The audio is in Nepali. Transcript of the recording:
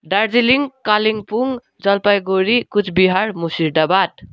दार्जिलिङ कालिम्पोङ जलपाइगुडी कुचबिहार मुशिर्दाबाद